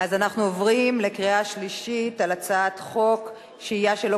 אנחנו עוברים לקריאה שלישית של הצעת חוק שהייה שלא